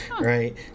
Right